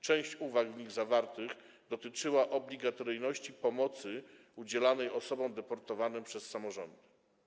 Część uwag w nich zawartych dotyczyła obligatoryjności pomocy udzielanej osobom deportowanym przez samorządy.